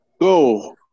Go